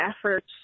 efforts